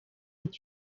est